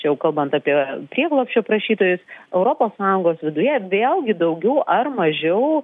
čia jau kalbant apie prieglobsčio prašytojus europos sąjungos viduje vėlgi daugiau ar mažiau